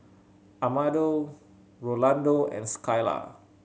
Amado Rolando and Skyla